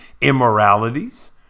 immoralities